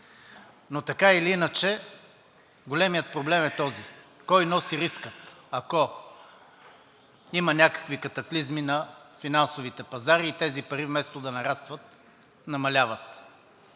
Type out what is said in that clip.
години. Но големият проблем е този: кой носи риска, ако има някакви катаклизми на финансовите пазари и тези пари, вместо да нарастват, намаляват?